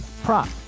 Prop